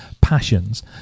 passions